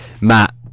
Matt